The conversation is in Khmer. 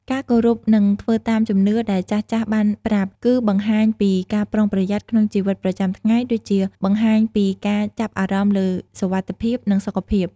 ការគោរពនិងធ្វើតាមជំនឿដែលចាស់ៗបានប្រាប់ គឺបង្ហាញពីការប្រុងប្រយ័ត្នក្នុងជីវិតប្រចាំថ្ងៃ ដូចជា បង្ហាញពីការចាប់អារម្មណ៍លើសុវត្ថិភាព និងសុខភាព។